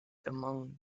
among